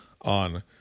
on